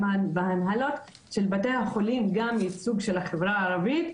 בהנהלות של בתי החולים ייצוג של החברה הערבית.